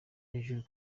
hejuru